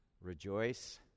rejoice